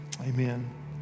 amen